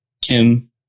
Kim